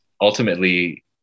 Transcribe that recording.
ultimately